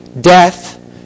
death